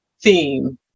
theme